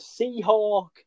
Seahawk